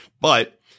but-